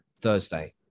Thursday